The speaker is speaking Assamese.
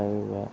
পানী লাও